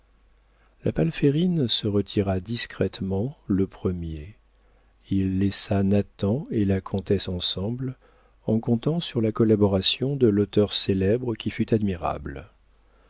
diamants la palférine se retira discrètement le premier il laissa nathan et la comtesse ensemble en comptant sur la collaboration de l'auteur célèbre qui fut admirable